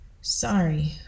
Sorry